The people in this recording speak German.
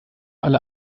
alle